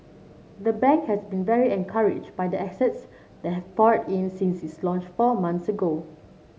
the bank has been very encouraged by the assets that have poured in since its launch four months ago